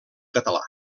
català